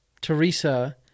Teresa